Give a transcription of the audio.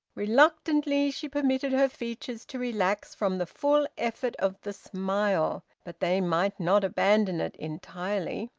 reluctantly she permitted her features to relax from the full effort of the smile but they might not abandon it entirely.